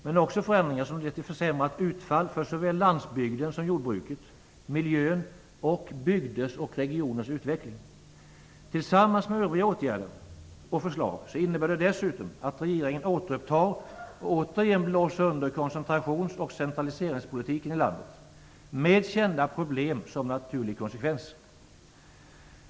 Det är också förändringar som leder till försämrat utfall för såväl landsbygden som jordbruket, miljön och bygders och regioners utveckling. Tillsammans med övriga åtgärder och förslag innebär det dessutom att regeringen återupptar och återigen blåser under koncentrations och centraliseringspolitiken i landet med kända problem som naturlig konsekvens.